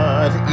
God